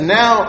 now